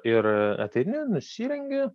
ir ateini nusirengi